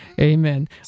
Amen